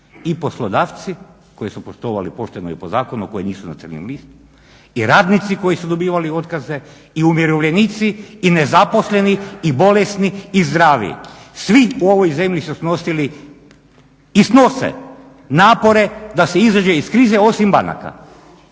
i poslodavci koji su poslovali pošteno i po zakonu, koji nisu na crnoj listi i radnici koji su dobivali otkaze i umirovljenici i nezaposleni i bolesni i zdravi. Svi u ovoj zemlji su snosili i snose napore da se izađe iz krize osim banaka.